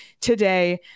today